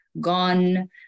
gone